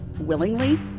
willingly